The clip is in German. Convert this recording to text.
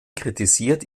kritisiert